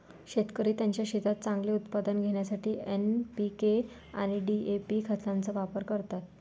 शेतकरी त्यांच्या शेतात चांगले उत्पादन घेण्यासाठी एन.पी.के आणि डी.ए.पी खतांचा वापर करतात